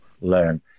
learn